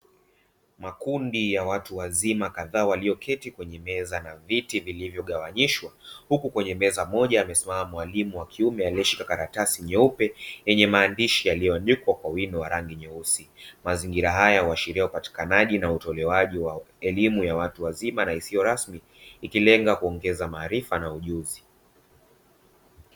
Makundi ya watu wazima kadhaa, walioketi kwenye meza na viti vilivyogawanyishwa, huku kwenye meza moja amesimama mwalimu wa kiume aliyeshika karatasi nyeupe yenye maandishi yaliyoandikwa kwa wino wa rangi nyeusi. Mazingira haya huashiria upatikanaji na utolewaji wa elimu ya watu wazima na isiyo rasmi, ikilenga kuongeza maarifa na ujuzi.